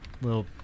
little